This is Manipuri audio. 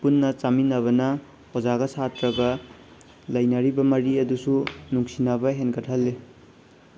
ꯄꯨꯟꯅ ꯆꯥꯃꯤꯟꯅꯕꯅ ꯑꯣꯖꯥꯒ ꯁꯥꯇ꯭ꯔꯒ ꯂꯩꯅꯔꯤꯕ ꯃꯔꯤ ꯑꯗꯨꯁꯨ ꯅꯨꯡꯁꯤꯅꯕ ꯍꯦꯟꯒꯠꯍꯜꯂꯤ